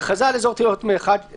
הכרזה על אזור תיירות מיוחד.